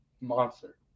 monster